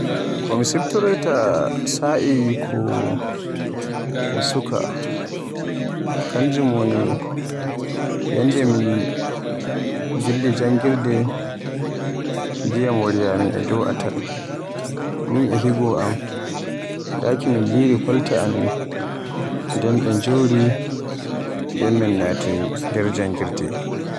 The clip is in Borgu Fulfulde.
Ko mi siftoroyta sa'i ko mi suka kanjum woni yannde ko min jeehi janngirde ndiyam waryaa min e dow atal, min e hiigo am, daki min liri kolte Amin nden de njori nden min naati janngirde.